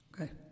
Okay